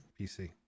PC